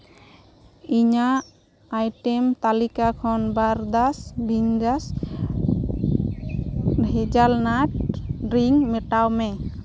ᱤᱧᱟᱹᱜ ᱟᱭᱴᱮᱢᱥ ᱛᱟᱹᱞᱤᱠᱟ ᱠᱷᱚᱱ ᱵᱳᱨᱜᱮᱥ ᱵᱷᱮᱜᱟᱱ ᱦᱮᱡᱮᱞᱱᱟᱴ ᱰᱨᱤᱝᱠ ᱢᱮᱴᱟᱣ ᱢᱮ